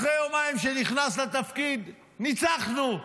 אחרי יומיים שנכנס לתפקיד, ניצחנו.